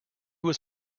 was